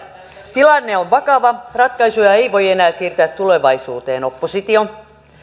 tilanne on vakava ratkaisuja ei voi enää siirtää tulevaisuuteen oppositio